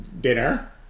dinner